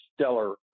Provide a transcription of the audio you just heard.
stellar